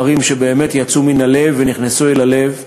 דברים שבאמת יצאו מן הלב ונכנסו אל הלב,